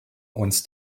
uns